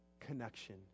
Connection